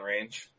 range